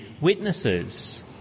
witnesses